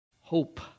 hope